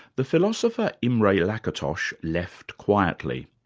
the philosopher imre lakatos left quietly.